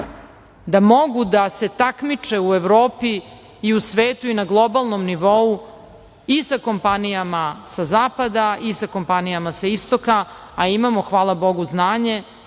da mogu da se takmiče u Evropi i u svetu i na globalnom nivou i sa kompanijama sa zapada i sa kompanijama sa istoka. Imamo, hvala Bogu, znanje,